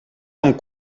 amb